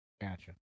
Gotcha